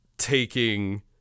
Taking